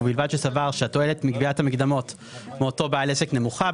ובלבד שסבר שהתועלת מגביית המקדמות מאותו בעל עסק נמוכה,